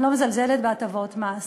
אני לא מזלזלת בהטבות מס,